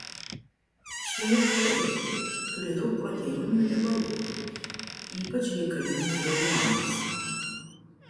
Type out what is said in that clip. šie riešutai turi daug proteinų ir riebalų ypač reikalingų beluomiams